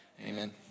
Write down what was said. amen